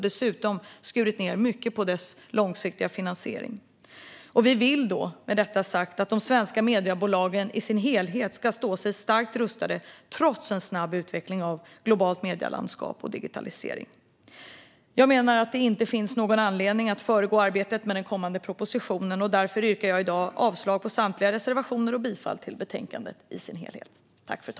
Dessutom har man skurit ned mycket på dess långsiktiga finansiering. Med detta sagt vill vi att de svenska mediebolagen i sin helhet ska stå starkt rustade trots en snabb utveckling av det globala medielandskapet och digitaliseringen. Jag menar att det inte finns någon anledning att föregå arbetet med den kommande propositionen, och därför yrkar jag i dag avslag på samtliga reservationer och bifall till utskottets förslag i betänkandet.